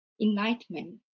enlightenment